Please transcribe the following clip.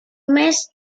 mes